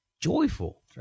joyful